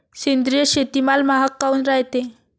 सेंद्रिय शेतीमाल महाग काऊन रायते?